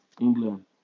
England